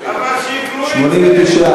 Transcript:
אבל שיקראו את זה,